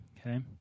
okay